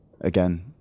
again